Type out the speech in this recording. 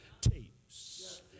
tapes